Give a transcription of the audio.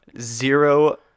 zero